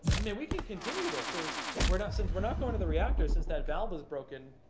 i mean, we can continue this. there's we're not since we're not going to the reactor since that valve was broken,